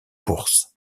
bourse